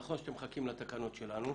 נכון שאתם מחכים לתקנות שלנו,